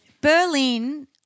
Berlin